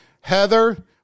Heather